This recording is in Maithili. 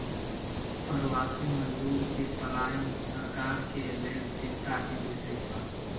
प्रवासी मजदूर के पलायन सरकार के लेल चिंता के विषय छल